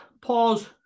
Pause